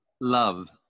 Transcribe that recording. Love